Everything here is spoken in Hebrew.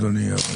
אדוני יושב הראש.